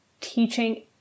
teaching